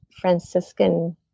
Franciscan